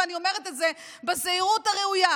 ואני אומרת את זה בזהירות הראויה,